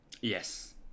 Yes